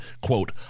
Quote